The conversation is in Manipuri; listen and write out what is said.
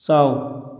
ꯆꯥꯎ